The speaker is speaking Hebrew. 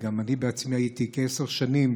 וגם אני בעצמי הייתי כעשר שנים